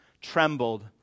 trembled